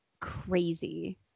crazy